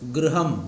गृहम्